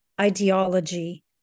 ideology